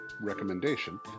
recommendation